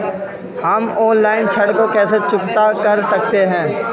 हम ऑनलाइन ऋण को कैसे चुकता कर सकते हैं?